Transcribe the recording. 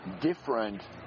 different